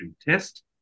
test